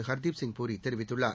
ஹர்தீப் சிங் பூரி தெரிவித்துள்ளார்